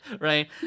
Right